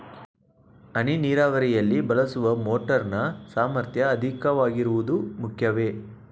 ಹನಿ ನೀರಾವರಿಯಲ್ಲಿ ಬಳಸುವ ಮೋಟಾರ್ ನ ಸಾಮರ್ಥ್ಯ ಅಧಿಕವಾಗಿರುವುದು ಮುಖ್ಯವೇ?